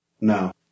No